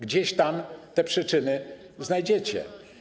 Gdzieś tam te przyczyny znajdziecie.